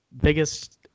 biggest